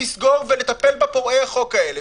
לסגור ולטפל בפורעי החוק האלה.